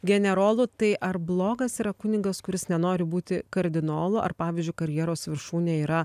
generolu tai ar blogas yra kunigas kuris nenori būti kardinolu ar pavyzdžiui karjeros viršūnė yra